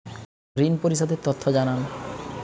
ঋন পরিশোধ এর তথ্য জানান